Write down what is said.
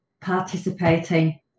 participating